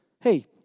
hey